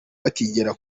bakigera